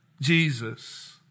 Jesus